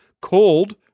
called